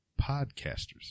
podcasters